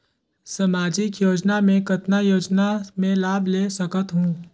समाजिक योजना मे कतना योजना मे लाभ ले सकत हूं?